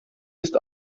ist